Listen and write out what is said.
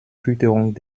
fütterung